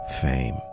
fame